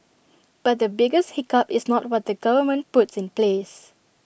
but the biggest hiccup is not what the government puts in place